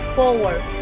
forward